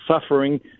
suffering